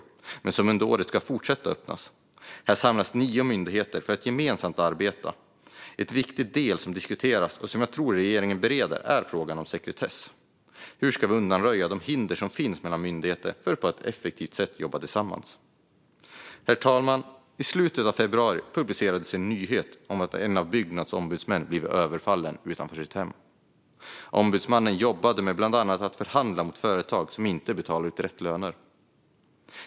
Fler center ska också öppna under året. Här samlas nio myndigheter för att gemensamt arbeta. En viktig del som har diskuterats, och som jag tror att regeringen bereder, är frågan om sekretess. Hur ska vi undanröja de hinder som finns mellan myndigheter för att myndigheterna på ett effektivt sätt ska jobba tillsammans? Herr talman! I slutet av februari publicerades en nyhet om att en av Byggnads ombudsmän hade blivit överfallen utanför sitt hem. Ombudsmannen jobbade bland annat med att förhandla med företag som inte betalade ut rätt löner.